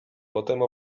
potem